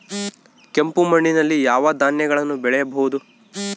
ಕೆಂಪು ಮಣ್ಣಲ್ಲಿ ಯಾವ ಧಾನ್ಯಗಳನ್ನು ಬೆಳೆಯಬಹುದು?